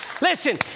Listen